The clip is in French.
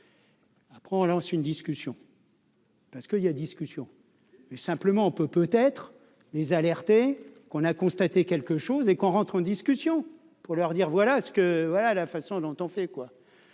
après lance une discussion. Parce qu'il y a discussion, mais simplement on peut peut être les alerter qu'on a constaté quelque chose et qu'on rentre en discussion pour leur dire : voilà ce que voilà, la façon dont on fait